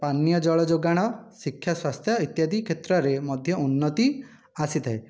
ପାନୀୟ ଜଳ ଯୋଗାଣ ଶିକ୍ଷା ସ୍ୱାସ୍ଥ୍ୟ ଇତ୍ୟାଦି କ୍ଷେତ୍ରରେ ମଧ୍ୟ ଉନ୍ନତି ଆସିଥାଏ